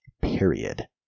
Period